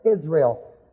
Israel